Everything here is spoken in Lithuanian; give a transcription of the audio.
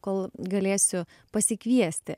kol galėsiu pasikviesti